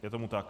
Je tomu tak.